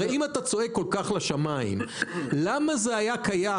הרי אם אתה צועק כל כך לשמים, למה זה היה קיים?